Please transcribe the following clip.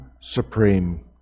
supreme